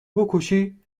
بکشی